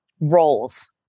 roles